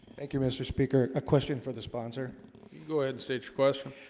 thank you mr. speaker a question for the sponsor go ahead state your question